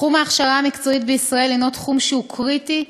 תחום ההכשרה המקצועית בישראל הוא תחום קריטי,